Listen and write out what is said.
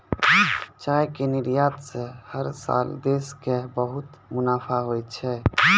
चाय के निर्यात स हर साल देश कॅ बहुत मुनाफा होय छै